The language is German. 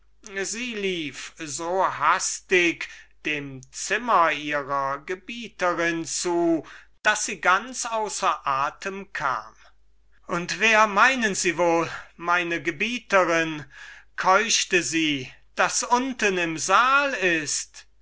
sie lief so hastig dem zimmer ihrer gebieterin zu daß sie ganz außer atem kam und wer meinen sie wohl gnädige frau keuchte sie daß unten im saal ist